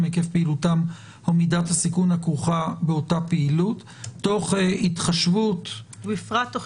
היקף פעילותם ומידת הסיכון הכרוכה באותה פעילות ובפרט תוך